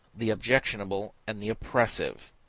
the objectionable and the oppressive.